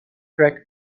trek